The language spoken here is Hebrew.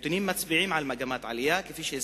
הנתונים מצביעים על מגמת עלייה, כפי שהזכרתי.